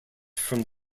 from